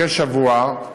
כשבוע,